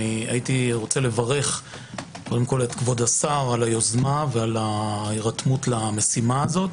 אני מברך את כבוד השר על היוזמה ועל ההירתמות למשימה הזאת,